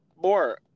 more